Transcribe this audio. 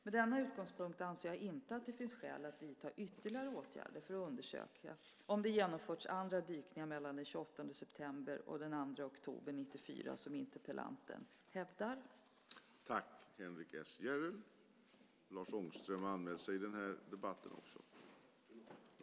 Med denna utgångspunkt anser jag inte att det finns skäl att vidta ytterligare åtgärder för att undersöka om det genomförts andra dykningar mellan den 28 september och den 2 oktober 1994 som interpellanten hävdar.